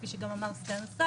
כפי שגם אמר סגן השר,